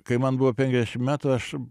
kai man buvo penkiasdešim metų aš